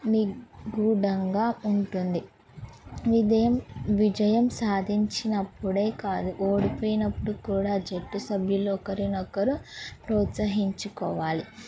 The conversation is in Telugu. నిగుడంగా ఉంటుంది విదయం విజయం సాధించినప్పుడే కాదు ఓడిపోయినప్పుడు కూడా జట్టు సభ్యుల ఒకరినొకరు ప్రోత్సహించుకోవాలి